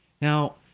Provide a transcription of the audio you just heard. Now